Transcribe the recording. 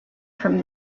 from